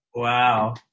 Wow